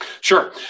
Sure